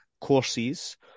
courses